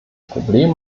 problem